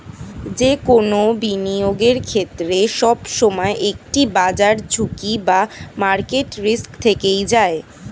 যে কোনো বিনিয়োগের ক্ষেত্রে, সবসময় একটি বাজার ঝুঁকি বা মার্কেট রিস্ক থেকেই যায়